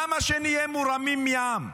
למה שנהיה מורמים מעם?